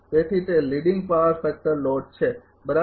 તેથી તે leading power factor load છે બરાબર